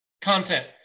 content